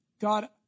God